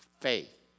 faith